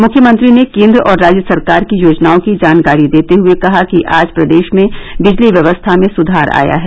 मुख्यमंत्री ने केंद्र और राज्य सरकार की योजनाओं की जानकारी देते हुए कहा कि आज प्रदेश में बिजली व्यवस्था में सुधार आया है